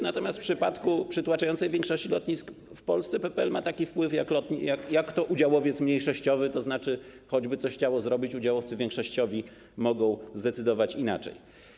Natomiast w przypadku przytłaczającej większości lotnisk w Polsce PPL ma taki wpływ jak udziałowiec mniejszościowy, tzn. choćby chciało coś zrobić, udziałowcy większościowi mogą zdecydować inaczej.